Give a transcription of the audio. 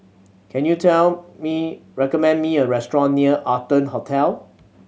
can you recommend me a restaurant near Arton Hotel